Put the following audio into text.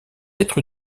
être